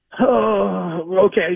okay